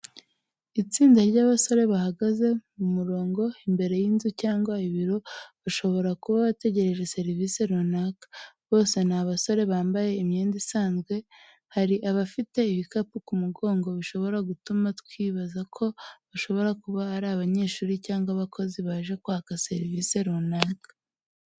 Itsinda ry’abasore bahagaze mu murongo, imbere y’inzu cyangwa ibiro, bashobora kuba bategereje serivisi runaka. Bose ni abasore, bambaye imyenda isanzwe. Hari abafite ibikapu ku mugongo, bishobora gutuma twibaza ko bashobora kuba ari abanyeshuri cyangwa abakozi baje kwaka serivisi runaka.